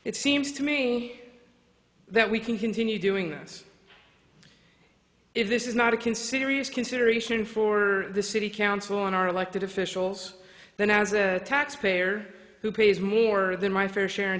it seems to me that we can continue doing this if this is not a kin serious consideration for the city council in our elected officials then as a taxpayer who pays more than my fair share in